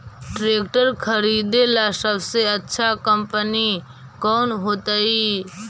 Tractor खरीदेला सबसे अच्छा कंपनी कौन होतई?